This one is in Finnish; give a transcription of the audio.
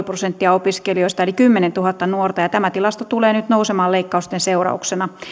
prosenttia opiskelijoista eli kymmenentuhatta nuorta ja tämä tilasto tulee nyt nousemaan leikkausten seurauksena